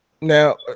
now